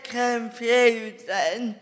confusing